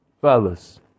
Fellas